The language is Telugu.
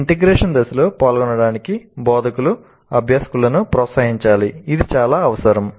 ఈ ఇంటిగ్రేషన్ దశలో పాల్గొనడానికి బోధకులు అభ్యాసకులను ప్రోత్సహించాలి ఇది చాలా అవసరం